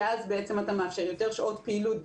וכך אתה מאפשר יותר שעות פעילות.